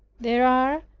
there are,